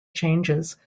changes